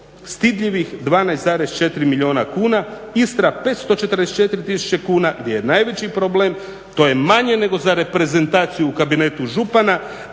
stidljivih 12,4 milijuna kuna, Istra 544 tisuće kuna gdje je najveći problem, to je manje nego za reprezentaciju u kabinetu župana,